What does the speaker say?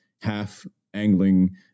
half-angling